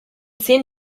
zehn